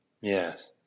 Yes